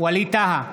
ווליד טאהא,